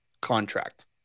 contract